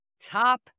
top